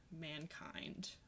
mankind